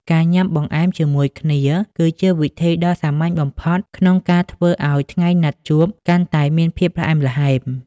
ការញ៉ាំបង្អែមជាមួយគ្នាគឺជាវិធីដ៏សាមញ្ញបំផុតក្នុងការធ្វើឱ្យថ្ងៃណាត់ជួបកាន់តែមានភាពផ្អែមល្ហែម។